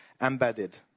embedded